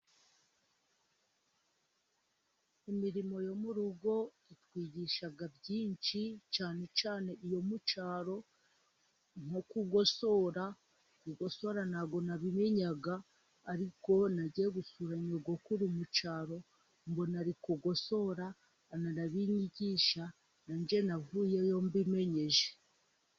Imirimo yo mu rugo itwigisha byinshi cyane cyane iyo mu cyaro nko kugosora, kugosora nta bwo nabimenyaga, ariko nagiye gusura nyogokuru mu cyaro mbona ari kugosora arabinyigisha, nanjye navuyeyo mbimenye.